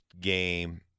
game